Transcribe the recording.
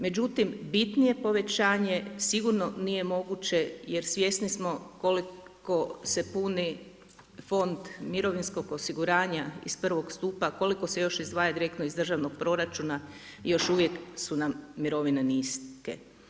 Međutim, bitnije povećanje sigurno nije moguće, jer svjesni smo koliko se punu fond mirovinskog osiguranja iz prvog stupa, koliko se još izdvaja direktno iz državnog proračuna, još uvijek su nam mirovine niske.